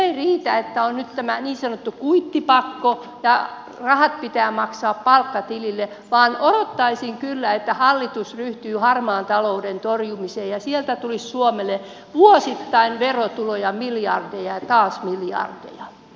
se ei riitä että on nyt tämä niin sanottu kuittipakko ja rahat pitää maksaa palkkatilille vaan odottaisin kyllä että hallitus ryhtyy harmaan talouden torjumiseen ja sieltä tulisi suomelle vuosittain verotuloja miljardeja ja taas miljardeja